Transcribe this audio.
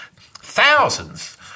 Thousands